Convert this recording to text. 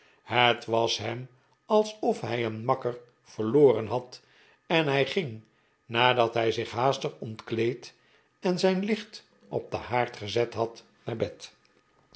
het was hem alsof hij een makker verloren had en hij ging nadat hij zich haastig ontkleed en zijn licht op den haard gezet had naar bed